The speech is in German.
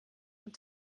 und